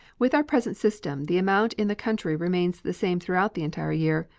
with our present system the amount in the country remains the same throughout the entire year,